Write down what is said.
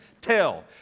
tell